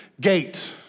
gate